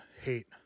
hate